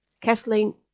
Kathleen